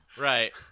right